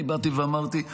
אני באתי ואמרתי: